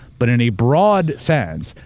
but in a broad sense,